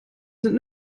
sind